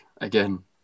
again